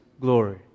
glory